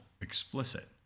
explicit